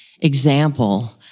example